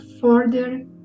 further